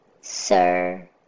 sir